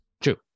true